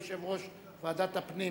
יושב-ראש ועדת הפנים.